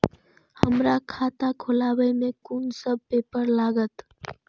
हमरा खाता खोलाबई में कुन सब पेपर लागत?